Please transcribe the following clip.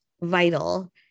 vital